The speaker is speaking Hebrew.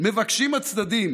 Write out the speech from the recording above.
מבקשים הצדדים